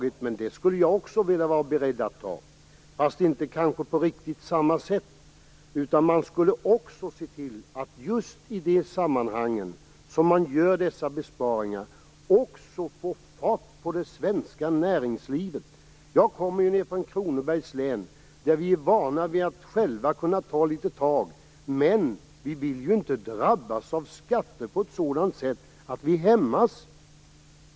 De konsekvenserna skulle jag också ha varit beredd att ta, men kanske inte riktigt på samma sätt. Man borde också ha sett till att just i de sammanhang där dessa besparingar görs även få fart på det svenska näringslivet. Jag kommer från Kronobergs län. Där är vi vana att själva kunna ta litet tag. Men vi vill ju inte drabbas av skatter på ett sådant sätt att vi hämmas.